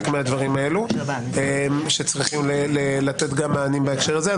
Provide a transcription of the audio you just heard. מהדברים האלו שצריכים לתת גם מענים בהקשר הזה.